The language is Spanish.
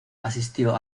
asistió